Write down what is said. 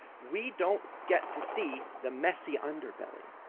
we don't get to see the messy underbelly,